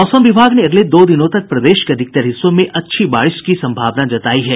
मौसम विभाग ने अगले दो दिनों तक प्रदेश के अधिकतर हिस्सों में अच्छी बारिश की संभावना जतायी है